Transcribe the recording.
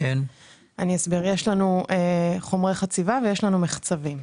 אני אסביר: יש לנו חומרי חציבה ויש לנו מחצבים.